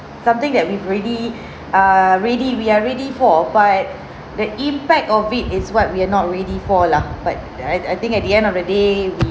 something that we've already err ready we are ready for but the impact of it is what we're not ready for lah but I I think at the end of the day we